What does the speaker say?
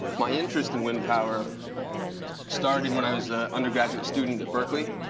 my interest in wind power started when i was an undergraduate student at berkeley.